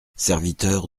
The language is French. serviteur